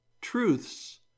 truths